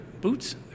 boots